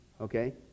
okay